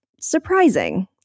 surprising